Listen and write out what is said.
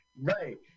right